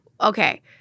okay